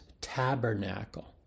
tabernacle